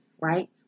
right